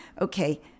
Okay